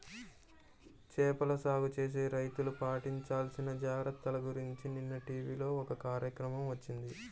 చేపల సాగు చేసే రైతులు పాటించాల్సిన జాగర్తల గురించి నిన్న టీవీలో ఒక కార్యక్రమం వచ్చింది